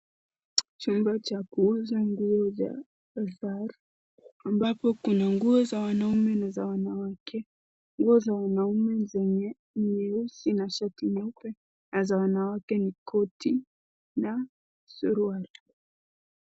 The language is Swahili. Chumba cha kuuza nguo za Fazal ambapo kuna nguo za wanaume na wanawake. Nguo za wanaume ni nyeusi na shati nyeupe na za wanawake ni koti na suruali.